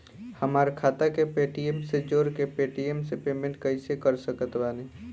हमार खाता के पेटीएम से जोड़ के पेटीएम से पेमेंट कइसे कर सकत बानी?